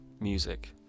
music